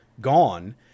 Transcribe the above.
gone